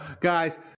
guys